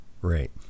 Right